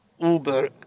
Uber